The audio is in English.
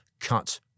cut